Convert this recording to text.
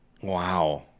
Wow